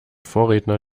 vorredner